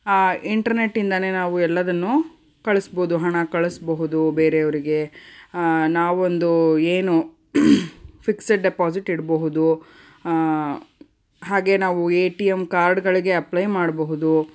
ಇಂಟರ್ನೆಟ್ಟಿಂದಾನೇ ನಾವು ಎಲ್ಲವನ್ನೂ ಕಳಸ್ಬೌದು ಹಣ ಕಳಿಸ್ಬಹುದು ಬೇರೆಯವ್ರಿಗೆ ನಾವು ಒಂದು ಏನು ಫಿಕ್ಸೆಡ್ ಡೆಪಾಸಿಟ್ ಇಡಬಹುದು ಹಾಗೆ ನಾವು ಎ ಟಿ ಎಂ ಕಾರ್ಡ್ಗಳಿಗೆ ಅಪ್ಲೈ ಮಾಡಬಹುದು